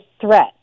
threat